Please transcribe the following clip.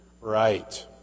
Right